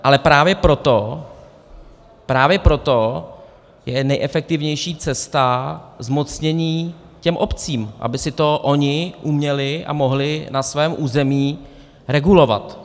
Ale právě proto, právě proto je nejefektivnější cesta zmocnění těm obcím, aby si to ony uměly a mohly na svém území regulovat.